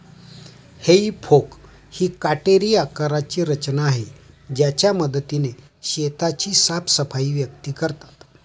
हेई फोक ही काटेरी आकाराची रचना आहे ज्याच्या मदतीने शेताची साफसफाई व्यक्ती करतात